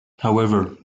however